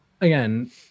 again